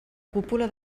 cúpula